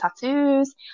tattoos